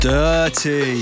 Dirty